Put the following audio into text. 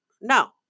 No